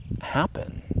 happen